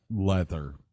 leather